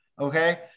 okay